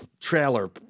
trailer